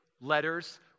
letters